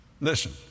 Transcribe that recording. Listen